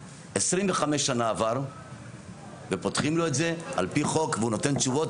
25 שנה עבר ופותחים לו את זה על פי חוק והוא נותן תשובות.